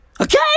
Okay